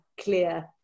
clear